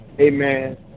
amen